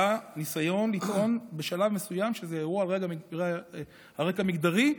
היה ניסיון לטעון בשלב מסוים שזה אירוע על רקע מגדרי,